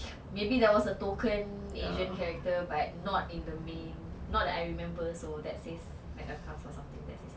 maybe that was a token asian character but not in the main not that I remember so that says like a class or something that says something